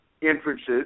inferences